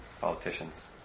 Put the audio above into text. politicians